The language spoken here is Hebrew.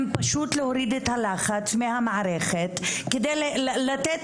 הם פשוט להוריד את הלחץ מהמערכת כדי לתת